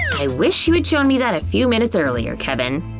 i wish you had showed me that a few minutes earlier, kevin.